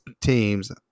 teams